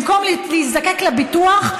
במקום להזדקק לביטוח,